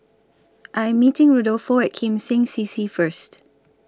I Am meeting Rodolfo At Kim Seng C C First